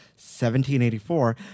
1784